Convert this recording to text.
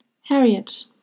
Harriet